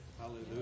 Hallelujah